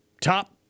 top